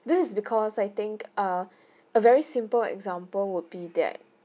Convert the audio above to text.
this is because I think err a very simple example would be that